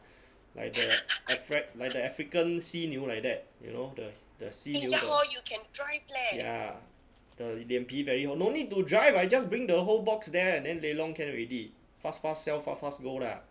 like the afri~ like the african 犀牛 like that you know the the 犀牛 ya the 脸皮 very h~ no need to drive I just bring the whole box there and then lelong can already fast fast sell fast fast go lah